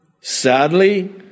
Sadly